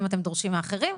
אם אתם דורשים מאחרים,